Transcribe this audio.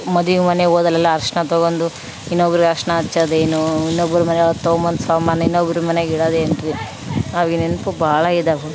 ಮದ್ವೆ ಮನೆಗೆ ಹೋದಲೆಲ್ಲ ಅರ್ಶಿಣ ತಗೊಂಡು ಇನ್ನೊಬ್ರಿಗೆ ಅರ್ಶಿಣ ಹಚ್ಚೊದೇನು ಇನ್ನೊಬ್ರ ಮನೆಯೊಳಗ್ ತಗೊಬಂದ್ ಸಾಮಾನು ಇನ್ನೊಬ್ರ ಮನೆಗೆ ಇಡೋದೆನ್ರಿ ಆವಾಗಿನ ನೆನಪು ಭಾಳ ಇದಾವು